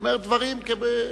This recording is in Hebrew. הוא אומר דברים, כדרבונות.